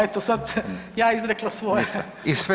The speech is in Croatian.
Eto sad ja izrekla svoje.